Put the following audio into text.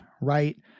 right